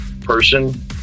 person